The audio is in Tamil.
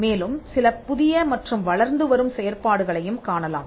மேலும் சில புதிய மற்றும் வளர்ந்து வரும் செயற்பாடுகளையும் காணலாம்